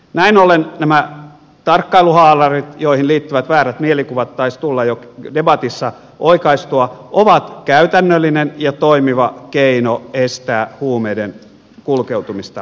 näin ollen nämä tarkkailuhaalarit joihin liittyvät väärät mielikuvat taisivat tulla jo debatissa oikaistua ovat käytännöllinen ja toimiva keino estää huumeiden kulkeutumista vankilaan